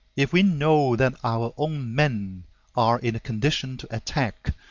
if we know that our own men are in a condition to attack,